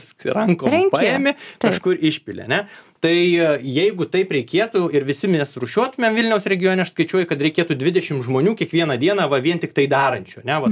rankom paimi kažkur išpili a ne tai jeigu taip reikėtų ir visi mes rūšiuotumėm vilniaus regione aš skaičiuoju kad reikėtų dvidešimt žmonių kiekvieną dieną va vien tiktai tai darančių a ne vat